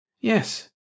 Yes